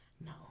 No